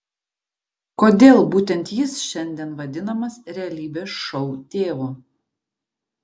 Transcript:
kodėl būtent jis šiandien vadinamas realybės šou tėvu